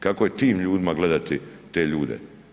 Kako je tim ljudima gledati te ljude?